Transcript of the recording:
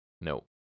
No